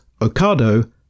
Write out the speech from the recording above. Ocado